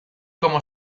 como